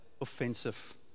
offensive